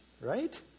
right